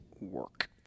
work